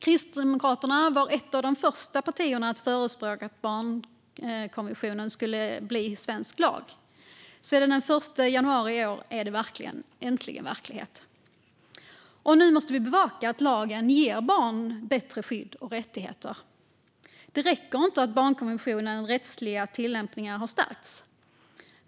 Kristdemokraterna var ett av de första partier som förespråkade att barnkonventionen skulle bli svensk lag. Sedan den 1 januari i år är det äntligen verklighet. Nu måste vi bevaka att lagen ger barn bättre skydd och rättigheter. Det räcker inte att barnkonventionens rättsliga tillämpningar har stärkts.